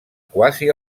quasi